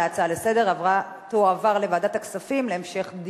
להצעה לסדר-היום ולהעביר את הנושא לוועדת הכספים נתקבלה.